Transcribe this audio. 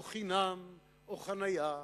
או חינם או חנייה,